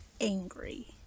angry